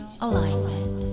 alignment